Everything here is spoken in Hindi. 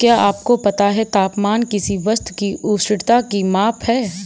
क्या आपको पता है तापमान किसी वस्तु की उष्णता की माप है?